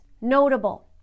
Notable